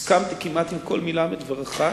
הסכמתי כמעט עם כל מלה מדבריך,